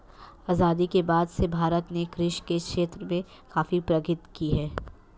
आजादी के बाद से भारत ने कृषि के क्षेत्र में काफी प्रगति की है